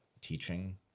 teaching